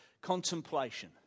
contemplation